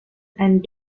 and